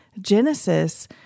Genesis